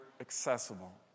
accessible